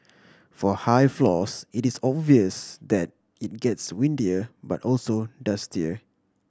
for high floors it is obvious that it gets windier but also dustier